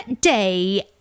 day